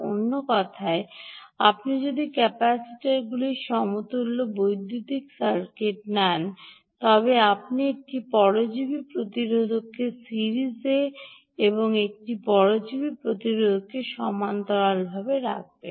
অন্য কথায় আপনি যদি ক্যাপাসিটরগুলির সমতুল্য বৈদ্যুতিক সার্কিট নেন তবে আপনি একটি পরজীবী প্রতিরোধককে সিরিজে এবং একটি পরজীবী প্রতিরোধককে সমান্তরাল ডানদিকে রাখবেন